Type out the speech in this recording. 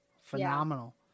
Phenomenal